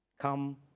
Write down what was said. come